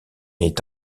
est